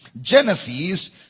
Genesis